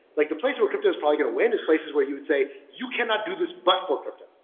like the place where crypto is probably going to win is places where you would say, you cannot do this but for crypto.